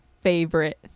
favorite